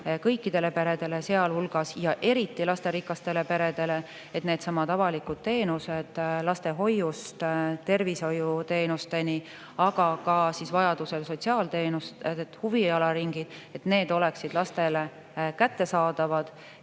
kõikidele peredele, sealhulgas ja eriti lasterikastele peredele, et needsamad avalikud teenused lastehoiust tervishoiuteenusteni, aga vajaduse korral ka sotsiaalteenused ja huvialaringid, oleksid lastele kättesaadavad